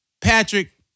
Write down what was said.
Patrick